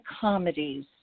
comedies